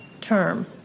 term